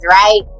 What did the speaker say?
right